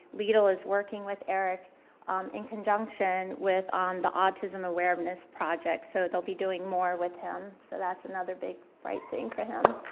lidl is working with eric um in conjunction with um the autism awareness project. so they'll be doing more with him. so that's another big bright thing for him.